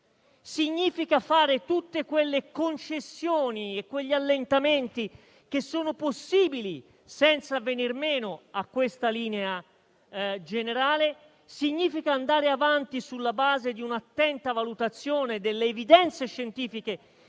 significa fare tutte quelle concessioni e quegli allentamenti che sono possibili senza venir meno a questa linea generale e significa andare avanti sulla base di un'attenta valutazione delle evidenze scientifiche